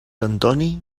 antoni